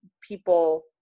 people